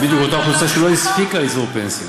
זו בדיוק אותה אוכלוסייה שלא הספיקה לסגור פנסיה.